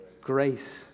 Grace